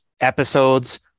episodes